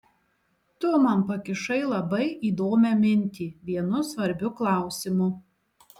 tu man pakišai labai įdomią mintį vienu svarbiu klausimu